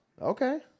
Okay